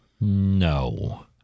No